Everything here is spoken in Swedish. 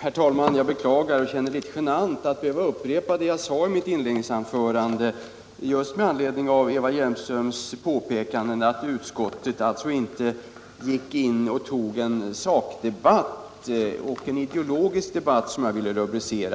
Herr talman! Jag beklagar att jag måste upprepa det som jag sade i mitt inledningsanförande med anledning av Eva Hjelmströms påpekande om att utskottet inte tog upp en sakdebatt och en, som jag vill kalla det, ideologisk